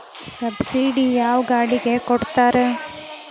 Subsidy ಯಾವ ಗಾಡಿಗೆ ಕೊಡ್ತಾರ?